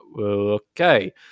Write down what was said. okay